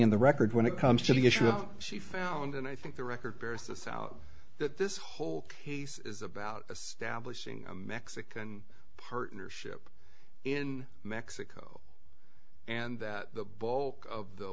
in the record when it comes to the issue she found and i think the record bears this out that this whole case is about establishing a mexican partnership in mexico and that the bulk of the